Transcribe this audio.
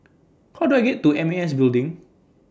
How Do I get to M A S Building